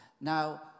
Now